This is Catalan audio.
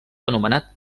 anomenat